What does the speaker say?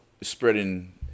spreading